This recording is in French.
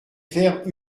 faire